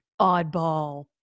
oddball